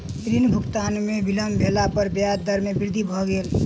ऋण भुगतान में विलम्ब भेला पर ब्याज दर में वृद्धि भ गेल